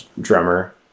drummer